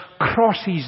crosses